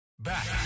Back